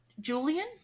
Julian